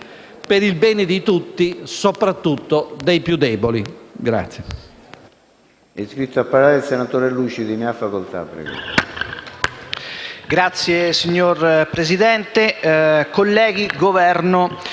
Per il bene di tutti, soprattutto dei più deboli.